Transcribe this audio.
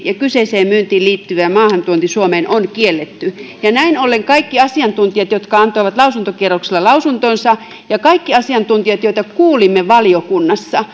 ja maininta että kyseiseen myyntiin liittyvä maahantuonti suomeen on kielletty näin ollen kaikki asiantuntijat jotka antoivat lausuntokierroksella lausuntonsa ja kaikki asiantuntijat joita kuulimme valiokunnassa